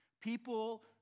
people